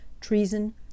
treason